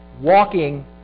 walking